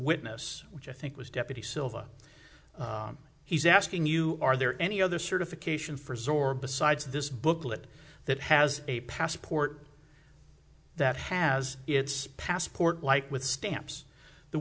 witness which i think was deputy silva he's asking you are there any other certification for store besides this booklet that has a passport that has its passport like with stamps the